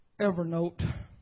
Evernote